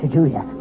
Julia